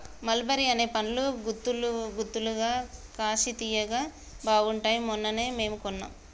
మల్ బెర్రీ అనే పండ్లు గుత్తులు గుత్తులుగా కాశి తియ్యగా బాగుంటాయ్ మొన్ననే మేము కొన్నాం